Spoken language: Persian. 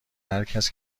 هرکس